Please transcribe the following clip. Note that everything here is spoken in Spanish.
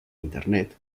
internet